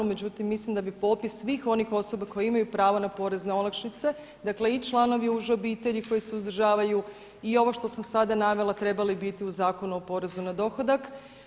Međutim, mislim da bi popis svih onih osoba koje imaju pravo na porezne olakšice, dakle i članovi uže obitelji koji se uzdržavaju i ovo što sam sada navela trebali biti u Zakonu o porezu na dohodak.